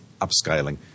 upscaling